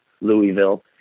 Louisville